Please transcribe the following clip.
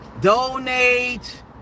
donate